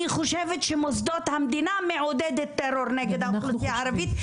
אני חושבת שמוסדות המדינה מעודדת טרור נגד האוכלוסייה הערבית,